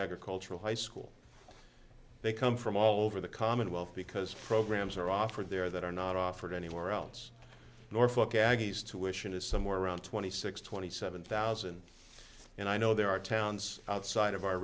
agricultural high school they come from all over the commonwealth because programs are offered there that are not offered anywhere else norfolk aggies tuition is somewhere around twenty six twenty seven thousand and i know there are towns outside of our